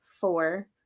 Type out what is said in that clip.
four